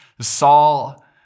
Saul